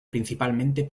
principalmente